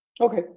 Okay